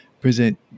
present